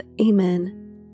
amen